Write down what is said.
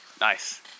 Nice